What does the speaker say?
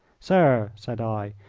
sir, said i,